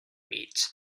meet